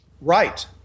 Right